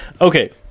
Okay